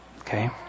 Okay